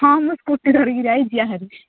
ହଁ ମୁଁ ସ୍କୁଟି ଧରିକି ଯାଇ ଠିଆ ହେବି